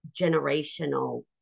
generational